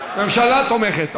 הממשלה תומכת.